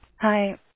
Hi